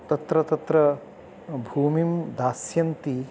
तत्र तत्र भूमिं दास्यन्ति